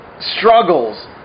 struggles